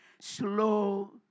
slow